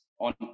on